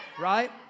right